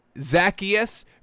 Zacchaeus